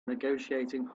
negotiating